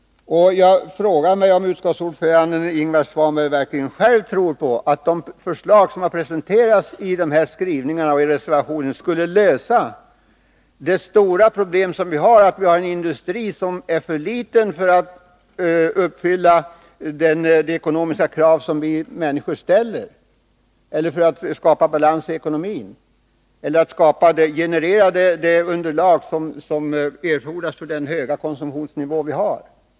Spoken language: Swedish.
Jag frågar mig om utskottets ordförande Ingvar Svanberg själv verkligen tror på att de förslag som har presenterats i skrivningarna och i reservationen skulle lösa de stora problem som vi har — vi har en industri som är för liten för att uppfylla de ekonomiska krav som vi människor ställer — eller skapa balans i ekonomin eller generera det underlag som erfordras för den höga konsumtionsnivå som vi har.